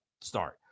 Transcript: start